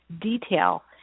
detail